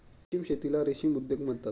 रेशीम शेतीला रेशीम उद्योग म्हणतात